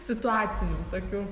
situacinių tokių